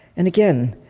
and, again,